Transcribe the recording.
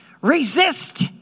resist